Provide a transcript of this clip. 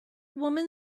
woman